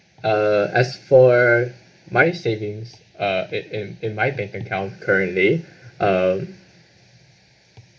uh as for my savings uh it in in my bank account currently um